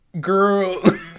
girl